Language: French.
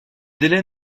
délai